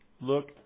Look